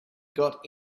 got